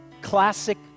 classic